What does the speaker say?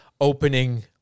opening